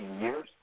years